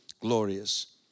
glorious